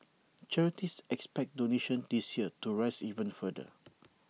charities expect donations this year to rise even further